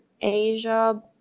Asia